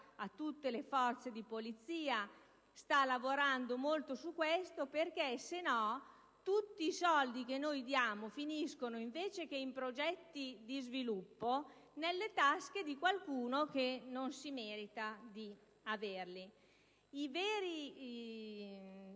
a tutte le forze di polizia, sta lavorando molto su questo. Altrimenti, tutti i soldi che diamo finiscono, invece che in progetti di sviluppo, nelle tasche di qualcuno che non si merita di averli. Il vero